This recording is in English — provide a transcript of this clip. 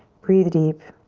breathe deep,